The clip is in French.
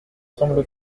semble